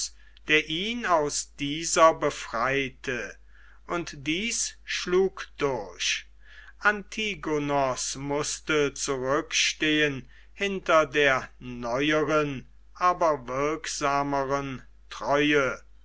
der ihn aus dieser befreite und dies schlug durch antigonos mußte zurückstehen hinter der neueren aber wirksameren treue